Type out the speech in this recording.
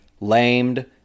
lamed